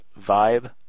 Vibe